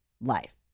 life